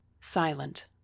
silent